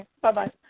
Bye-bye